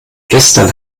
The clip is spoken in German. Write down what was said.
gestern